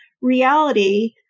reality